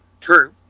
True